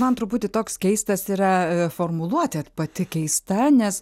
man truputį toks keistas yra formuluotė pati keista nes